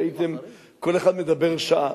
שהייתם כל אחד מדבר שעה.